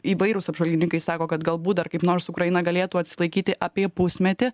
įvairūs apžvalgininkai sako kad galbūt dar kaip nors ukraina galėtų atsilaikyti apie pusmetį